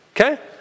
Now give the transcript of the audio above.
okay